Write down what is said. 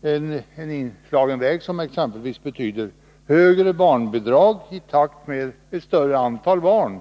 vilket exempelvis betyder högre barnbidrag i takt med ett större antal barn.